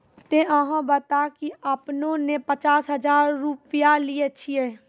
ते अहाँ बता की आपने ने पचास हजार रु लिए छिए?